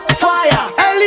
fire